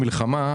במלחמה,